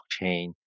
blockchain